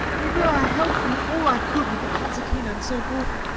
you know i helped you all i could with the concertina and so forth.